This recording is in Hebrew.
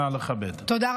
נא לכבד, תודה.